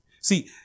See